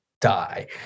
die